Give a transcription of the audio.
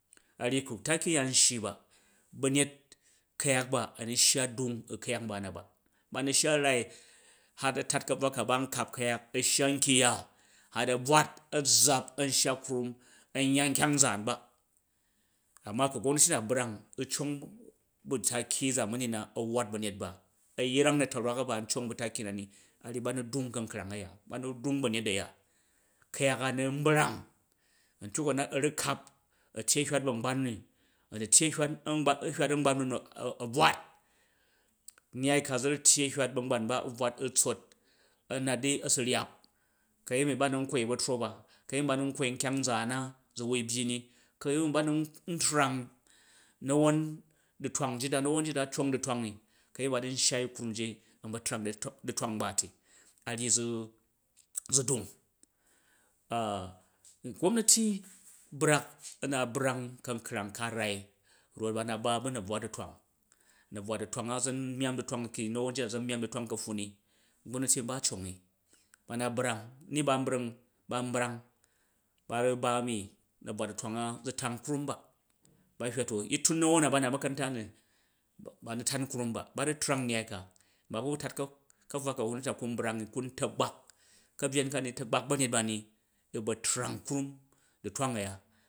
A̱ nyyi ku taki u̱ya nshyi ba ba̱nyet ku̱yak ba a̱ nu shya dung u̱ ku̱yak nba na ba, ba nu̱ shya rai hat a̱ tat ka̱buwa ka ban knkap ku̱yak a shya nkyung ya hat a̱ bvwat a̱ zzap a̱n shya krum a̱n yya nkyang nzaan ba, amma ku gomnati na brang cong, bu̱ taki zamwi na a̱ uɓat ba̱nyet ba, a̱ rang ma̱ta̱rwak ban u̱ cong bu taki nani ba̱na dung ka̱nkrang a̱ya ba nu dung ba̱nyet a̱ya, ku̱yak a nu̱ nbrang a̱ntyuk u a̱ na a̱ ra kap a̱ tyyi a̱ hywat bu̱ a̱ngban ni ə nu tyyi a̱ hywat a̱ngban nu̱ a̱ bvwat, nnyai ka zu̱ rut tyyi hywat ba̱ngban ba u̱ bvwat u̱ tsot, u̱ nat di a̱ su ryap, ka̱yemi ba nu nkwoi ba̱tro ba ka̱yemi ba nu nkwoi nkyang nzaan na zu wai byyi ni, ka̱yemi ba nu̱ ntrang na̱won du̱twang njit da na̱won njit da a̱ cong da̱twang ni ka̱yemi ba na shoi kurem ji a̱n ba trang du̱twang nba ti, a ryyi zu dung gomnati brak a̱ na brang ka̱nkrang ka̱ rai rot ba na ba ba̱ na̱tuwa du̱twang na̱bvwa du̱twang a zun myaam du̱twang na̱won njit da na n myaam du̱twang ti ka̱pffun ni gomnati nba a̱ congi, ba na brang ni ban brang ban brang ba ru ba̱ mi na̱bvwa du̱twang a zu tan krum ba ba hywato yi tun na̱won na ba nat makaranta na, ba nu̱ tan krum ba, ba ru trang nnyai ka ba bu̱ tata ka ka̱bvwa ganti na kun brang i kun gomnati na kun ta̱gbak ba̱nyet ba ni di ba trang krum du̱twang a̱ya